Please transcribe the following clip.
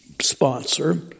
sponsor